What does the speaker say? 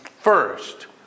first